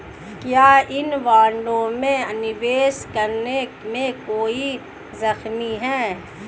क्या इन बॉन्डों में निवेश करने में कोई जोखिम है?